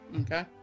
Okay